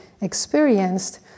experienced